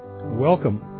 Welcome